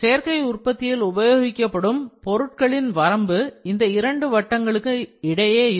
சேர்க்கை உற்பத்தியில் உபயோகிக்கப்படும் பொருட்களின் வரம்பு இந்த இரண்டு வட்டங்களுக்கு இடையே இருக்கும்